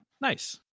Nice